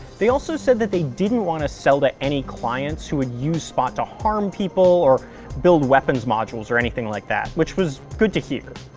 they also said that they didn't want to sell to any clients who would use spot to harm people, or build weapons modules or anything like that, which was good to hear.